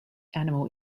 animal